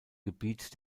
gebiet